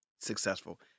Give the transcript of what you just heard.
successful